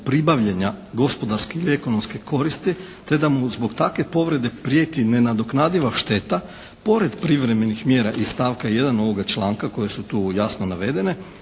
pribavljanja gospodarske i ekonomske koristi te da mu zbog takve povrede prijeti nenadoknadiva šteta pored privremenih mjera iz stavka 1. ovoga članka koje su tu jasno navedene,